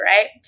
right